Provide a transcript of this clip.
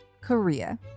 Korea